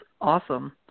awesome